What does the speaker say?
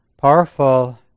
powerful